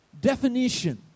definition